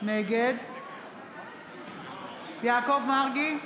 נגד יעקב מרגי,